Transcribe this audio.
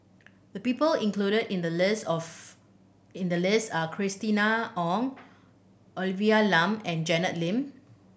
the people included in the list are of in the list are Christina Ong Olivia Lum and Janet Lim